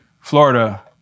Florida